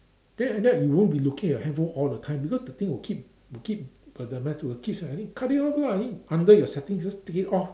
then and that it won't be locate your phone all the time because the thing will keep will keep but the math will keep just I think cut it off lah it's under your settings just take it off